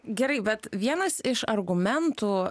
gerai bet vienas iš argumentų